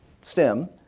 stem